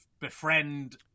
befriend